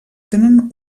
tenen